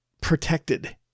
protected